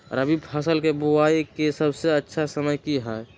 रबी फसल के बुआई के सबसे अच्छा समय का हई?